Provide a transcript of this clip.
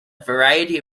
variety